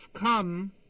come